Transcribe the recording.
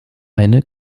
eine